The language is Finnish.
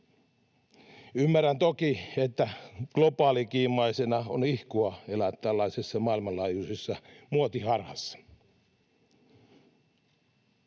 Ymmärrän toki, että globaalikiimaisena on ihkua elää tällaisessa maailmanlaajuisessa muotiharhassa.